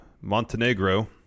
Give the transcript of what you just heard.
Montenegro